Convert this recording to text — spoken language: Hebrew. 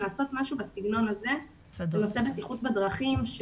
לעשות משהו בסגנון הזה בנושא בטיחות בדרכים,